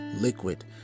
liquid